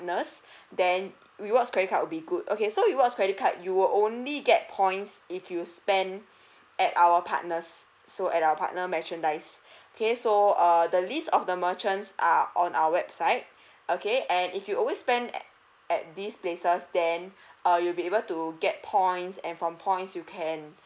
then rewards credit card will be good okay so rewards credit card you only get points if you spend at our partners so at our partner merchandise okay so err the list of the merchants are on our website okay and if you always spend at at these places then err you'll be able to get points and from points you can